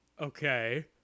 Okay